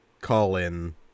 call-in